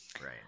right